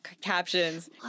captions